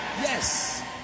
Yes